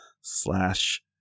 slash